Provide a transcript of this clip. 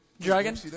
Dragon